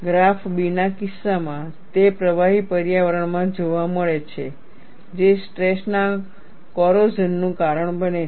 graph b ના કિસ્સામાં તે પ્રવાહી પર્યાવરણ માં જોવા મળે છે જે સ્ટ્રેસ ના કોરોઝનનું કારણ બને છે